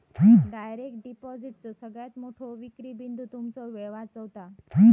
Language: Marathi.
डायरेक्ट डिपॉजिटचो सगळ्यात मोठो विक्री बिंदू तुमचो वेळ वाचवता